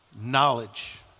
knowledge